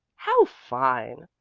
how fine!